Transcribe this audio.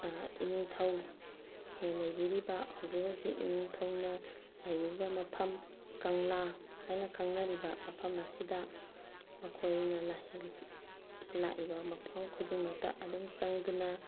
ꯏꯅꯤꯡꯊꯧꯅ ꯂꯩꯕꯤꯔꯤꯕ ꯍꯧꯖꯤꯛ ꯍꯧꯖꯤꯛ ꯏꯅꯤꯡꯊꯧꯅ ꯂꯩꯕꯤꯔꯤꯕ ꯃꯐꯝ ꯀꯪꯂꯥ ꯍꯥꯏꯅ ꯈꯪꯅꯔꯤꯕ ꯃꯐꯝ ꯑꯁꯤꯗ ꯃꯈꯣꯏꯅ ꯂꯥꯛꯏꯕ ꯃꯐꯝ ꯈꯨꯗꯤꯡꯃꯛꯇ ꯑꯗꯨꯝ ꯆꯪꯗꯨꯅ